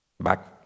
back